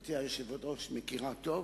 שגברתי היושבת-ראש מכירה טוב,